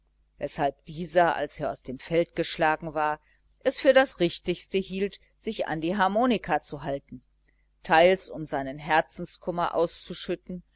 weshalb dieser als er aus dem feld geschlagen war es für das richtigste hielt sich an die harmonika zu halten teils um seinen herzenskummer auszuschütten